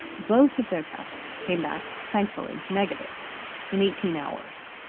both of their tests came back thankfully negative in eighteen hours.